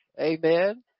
Amen